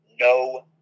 no